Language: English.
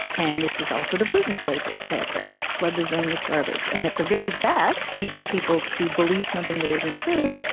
and this is also the putin playbook, right? flood the zone with garbage. and at the very best, you get people to believe something that isn't true.